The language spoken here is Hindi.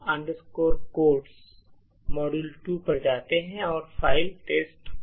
तो हम nptel codes मॉड्यूल 2 पर जाते हैं और फ़ाइल testcodec को देखते हैं